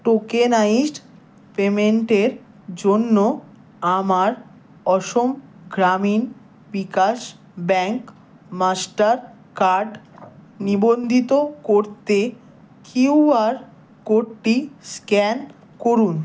tokenised পেমেন্টের জন্য আমার Assam Gramin Vikash bank Mastercard নিবন্ধিত করতে কিউ আর কোডটি স্ক্যান করুন